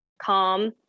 calm